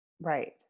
Right